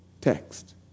text